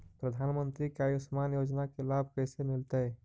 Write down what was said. प्रधानमंत्री के आयुषमान योजना के लाभ कैसे मिलतै?